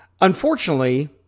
Unfortunately